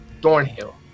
Thornhill